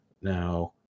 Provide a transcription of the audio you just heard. Now